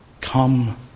come